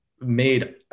made